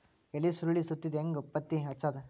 ಎಲಿ ಸುರಳಿ ಸುತ್ತಿದ್ ಹೆಂಗ್ ಪತ್ತೆ ಹಚ್ಚದ?